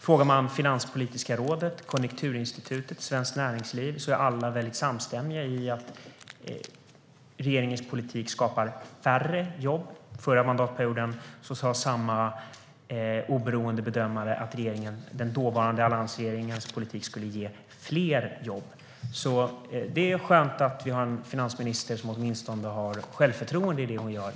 Frågar man Finanspolitiska rådet, Konjunkturinstitutet och Svenskt Näringsliv ser man att alla är mycket samstämmiga i att regeringens politik skapar färre jobb. Förra mandatperioden sa samma oberoende bedömare att den dåvarande alliansregeringens politik skulle ge fler jobb. Det är skönt att vi har en finansminister som åtminstone har självförtroende i det hon gör.